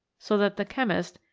so that the chemist,